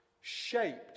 Shaped